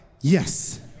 yes